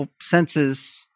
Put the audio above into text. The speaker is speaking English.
senses